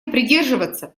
придерживаться